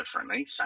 differently